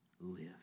live